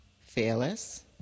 fearless